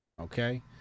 Okay